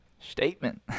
Statement